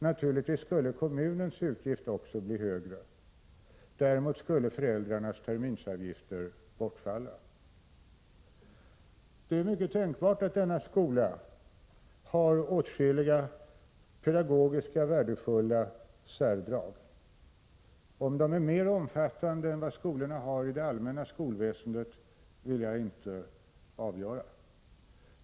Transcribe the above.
Naturligtvis skulle kommunens utgifter öka, men i gengäld skulle föräldrarnas terminsavgifter bortfalla. Det är mycket tänkbart att dessa skolor har åtskilliga pedagogiskt värdefulla särdrag. Om dessa är mer omfattande än de som finns i skolorna inom det allmänna skolväsendet kan jag inte avgöra.